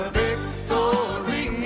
victory